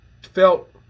felt